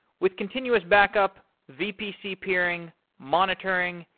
with continuous back-up, vpc peering, monitoring,